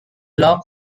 log